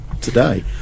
today